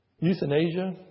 euthanasia